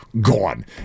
Gone